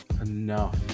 enough